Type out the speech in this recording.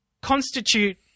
constitute